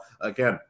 again